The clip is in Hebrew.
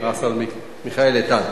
השר מיכאל איתן.